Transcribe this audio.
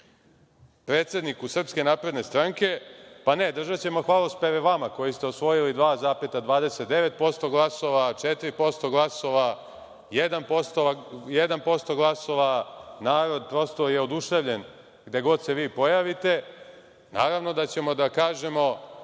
predsedniku SNS, pa ne, držaćemo hvalospeve vama koji ste osvojili 2,29% glasova, 4% glasova, 1% glasova, narod je prosto oduševljen gde god se vi pojavite. Naravno da ćemo da kažemo